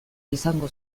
izango